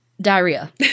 diarrhea